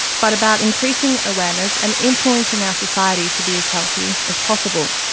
but about increasing awareness and influencing our society to be as healthy as possible.